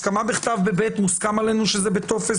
הסכמה בכתב ב-(ב) מוסכם עלינו שזה בטופס